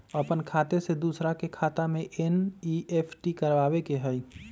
अपन खाते से दूसरा के खाता में एन.ई.एफ.टी करवावे के हई?